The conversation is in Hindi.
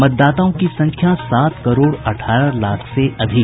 मतदाताओं की संख्या सात करोड़ अठारह लाख से अधिक